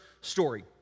story